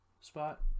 spot